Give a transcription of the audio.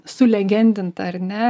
sulegendinta ar ne